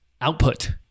output